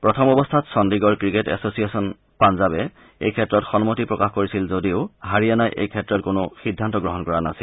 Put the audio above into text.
প্ৰথম অৱস্থাত Chandigarh cricket association পাঞ্জাবে এইক্ষেত্ৰত সন্মতি প্ৰকাশ কৰিছিল যদিও হাৰিয়ানাই এই ক্ষেত্ৰত কোনো সিদ্ধান্ত গ্ৰহণ কৰা নাছিল